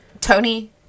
Tony